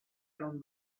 iron